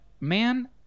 man